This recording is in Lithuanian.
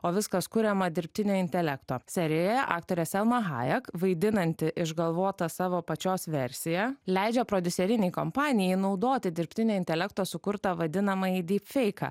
o viskas kuriama dirbtinio intelekto serijoje aktorė selma hajak vaidinanti išgalvotą savo pačios versiją leidžia prodiuserinei kompanijai naudoti dirbtinio intelekto sukurtą vadinamąjį dyp feiką